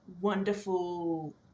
wonderful